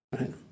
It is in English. right